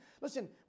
Listen